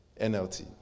nlt